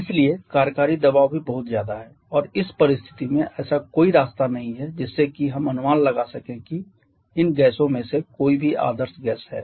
इसलिए कार्यकारी दबाव भी बहुत ज्यादा है और इस परिस्थिति में ऐसा कोई रास्ता नहीं है जिससे कि हम अनुमान लगा सकें कि इन गैसों में से कोई भी आदर्श गैस है